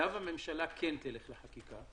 במידה שהממשלה כן תלך לחקיקה,